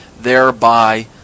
thereby